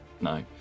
no